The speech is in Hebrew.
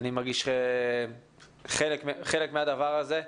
אני מרגיש חלק מהדבר הזה.